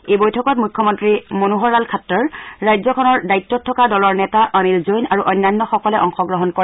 এই বৈঠকত মুখ্যমন্ত্ৰী মনোহৰ লাল খাট্টাৰ ৰাজ্যখনৰ দায়িত্বত থকা দলৰ নেতা অনিল জৈন আৰু অন্যান্যসকলে অংশগ্ৰহণ কৰে